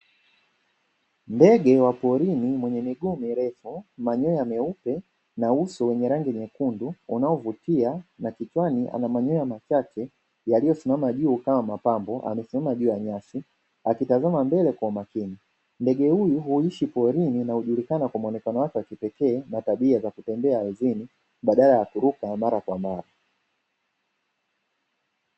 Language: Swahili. Ndege wa porini mwenye miguu mirefu, manyoya meupe na uso wenye rangi nyekundu unaovutia, na kichwani ana manyoya machache yaliyosimama juu kama mapambo, amesimama juu ya nyasi akitazama mbele kwa makini. Ndege huyu huishi porini na hujulikana kwa muonekano wake wa kipekee, na tabia za kutembea ardhini badala ya kuruka mara kwa mara.